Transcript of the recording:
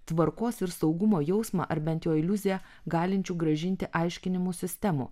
tvarkos ir saugumo jausmą ar bent jo iliuziją galinčių grąžinti aiškinimų sistemų